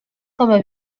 coma